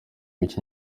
micye